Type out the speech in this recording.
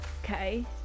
okay